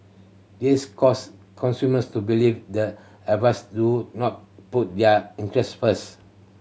this caused consumers to believe that advisers do not put their interests first